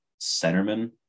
centerman